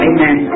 Amen